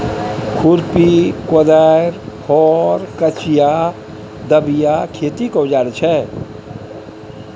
खुरपी, कोदारि, हर, कचिआ, दबिया खेतीक औजार छै